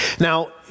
Now